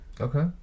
Okay